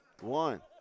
One